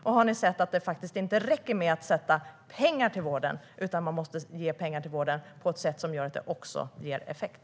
Och har ni insett att det faktiskt inte räcker med att avsätta pengar till vården, utan att man måste ge pengar till vården på ett sätt som ger effekt?